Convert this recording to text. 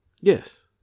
Yes